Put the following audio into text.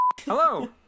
hello